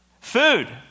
Food